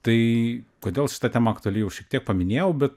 tai kodėl šita tema aktuali jau šiek tiek paminėjau bet